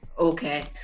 Okay